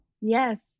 Yes